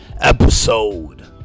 episode